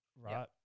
right